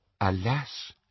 Alas